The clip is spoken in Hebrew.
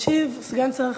ישיב סגן שר החינוך,